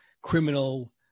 criminal